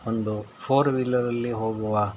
ಒಂದು ಫೋರ್ ವೀಲರಲ್ಲಿ ಹೋಗುವ